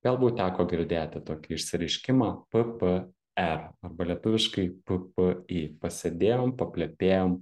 galbūt teko girdėti tokį išsireiškimą p p e arba lietuviškai p p i pasėdėjom paplepėjom